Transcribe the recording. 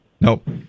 Nope